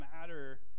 matter